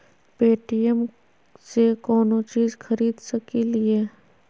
Paytm से कौनो चीज खरीद सकी लिय?